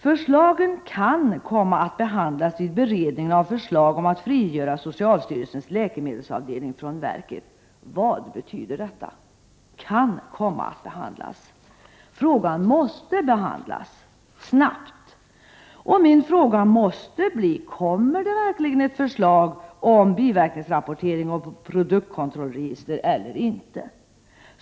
Förslagen kan komma att behandlas vid beredningen av förslag om att frigöra socialstyrelsens läkemedelsavdelning från verket.” Det är samma rapport som jag tidigare nämnde, Kontroll och tillsyn av dentala material. Vad betyder ”kan komma att behandlas”? Frågan måste behandlas snabbt. Min fråga är: Kommer verkligen ett förslag om biverkningsrapportering och produktkontrollregister, eller inte?